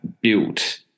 built